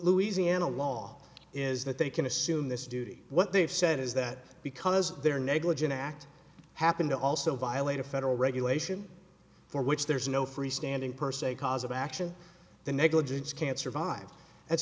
louisiana law is that they can assume this duty what they've said is that because they're negligent act happened to also violate a federal regulation for which there is no free standing per se cause of action the negligence can't survive